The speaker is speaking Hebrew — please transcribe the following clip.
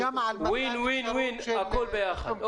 WIN-WIN-WIN, הכול ביחד.